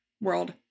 world